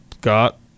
got